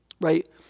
right